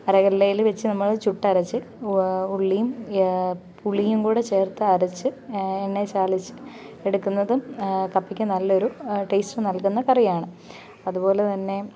അരകല്ലിൽ വച്ചു നമ്മൾ ചുട്ടരച്ച് ഉള്ളിയും പുളിയും കൂടെ ചേർത്ത് അരച്ചു എണ്ണയിൽ ചാലിച്ച് എടുക്കുന്നതും കപ്പയ്ക്ക് നല്ല ഒരു ടേയിസ്റ്റ് നൽകുന്ന ഒരു കറിയാണ് അതുപോലെ തന്നെ